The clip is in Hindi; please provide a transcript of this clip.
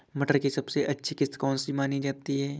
मटर की सबसे अच्छी किश्त कौन सी मानी जाती है?